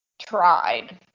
tried